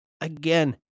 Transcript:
Again